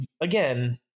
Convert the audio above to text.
again